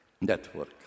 network